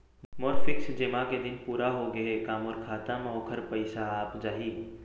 मोर fix जेमा के दिन पूरा होगे हे का मोर खाता म वोखर पइसा आप जाही?